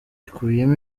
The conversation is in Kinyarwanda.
ikubiyemo